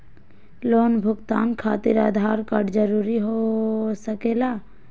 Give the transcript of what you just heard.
Loan भुगतान खातिर Aadhaar card जरूरी हो सके ला?